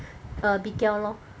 Abigail lor